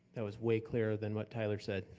that was way clearer than what tyler said.